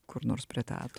kur nors prie teatro